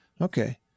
Okay